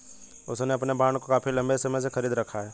उसने अपने बॉन्ड को काफी लंबे समय से खरीद रखा है